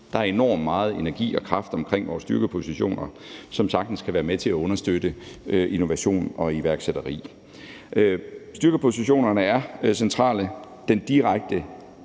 Der er enormt meget energi og kraft omkring vores styrkepositioner, som sagtens kan være med til at understøtte innovation og iværksætteri. Styrkepositionerne er centrale. Det direkte